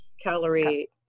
calorie